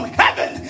heaven